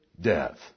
death